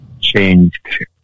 changed